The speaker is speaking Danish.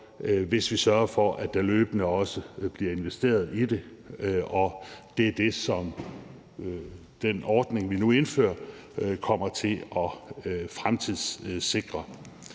hvis vi sørger for, at der løbende også bliver investeret i det, og det er det, som den ordning, som vi nu indfører, kommer til at fremtidssikre.